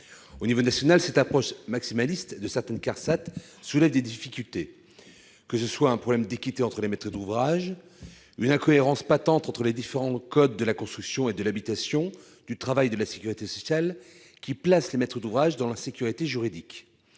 l'échelon national, cette approche maximaliste de certaines CARSAT soulève des difficultés, que ce soit un problème d'équité entre les maîtres d'ouvrage, une incohérence patente entre les différents codes de la construction et de l'habitation, du travail et de la sécurité sociale, qui place les maîtres d'ouvrage dans l'insécurité juridique,